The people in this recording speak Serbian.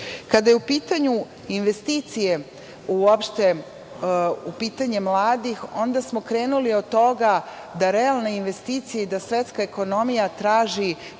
su u pitanju investicije u pitanje mladih onda smo krenuli od toga da realne investicije i da svetska ekonomija traži